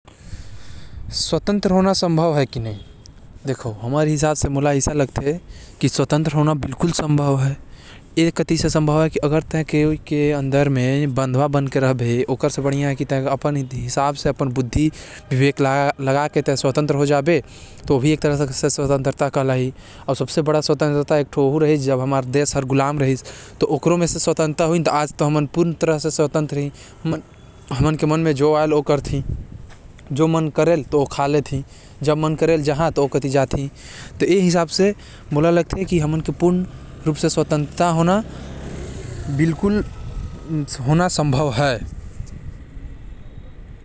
हाँ! हमन पूर्णतः स्वतंत्र हो सकत ही काहे बर कोई के गुलामी करब अउ हमर देश के आजाद होये के बाद अब हमन कोनो के गुलाम नही हवे।